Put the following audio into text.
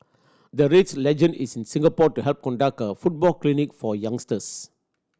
the Reds legend is in Singapore to help conduct a football clinic for youngsters